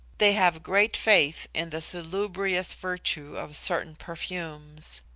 they have great faith in the salubrious virtue of certain perfumes.